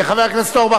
חבר הכנסת אורבך,